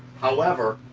however,